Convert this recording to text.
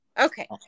Okay